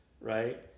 right